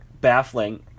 baffling